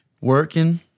Working